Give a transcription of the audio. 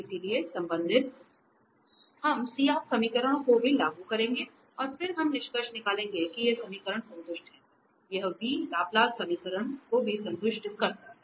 इसलिए संबंधित हम CR समीकरणों को भी लागू करेंगे और फिर हम निष्कर्ष निकालेंगे कि ये समीकरण संतुष्ट हैं यह v लाप्लास समीकरण को भी संतुष्ट करता है